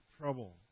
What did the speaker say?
trouble